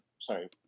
sorry